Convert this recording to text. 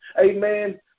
amen